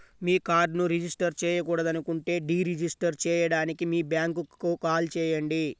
మీ కార్డ్ను రిజిస్టర్ చేయకూడదనుకుంటే deregister చేయడానికి మీ బ్యాంక్కు కాల్ చేయండి